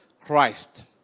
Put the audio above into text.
Christ